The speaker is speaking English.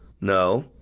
No